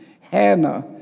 Hannah